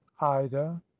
ida